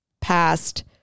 past